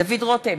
דוד רותם,